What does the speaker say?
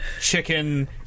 Chicken